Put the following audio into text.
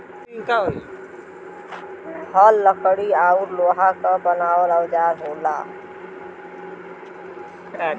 हल लकड़ी औरु लोहा क बनावल औजार होला